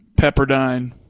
Pepperdine